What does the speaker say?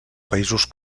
països